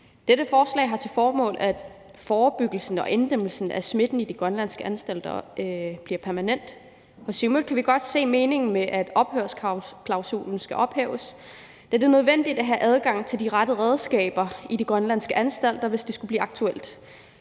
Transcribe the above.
Dette forslag har til formål, at forebyggelsen og inddæmningen af smitten i de grønlandske anstalter bliver permanent. I Siumut kan vi godt se meningen med, at ophørsklausulen skal ophæves, da det er nødvendigt at have adgang til de rette redskaber i de grønlandske anstalter, hvis det skulle blive aktuelt.